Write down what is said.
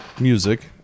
Music